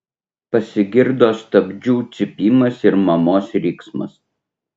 pasigirdo stabdžių cypimas ir mamos riksmas